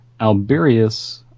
alberius